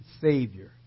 Savior